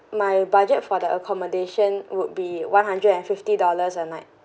my budget for the accommodation would be one hundred and fifty dollars a night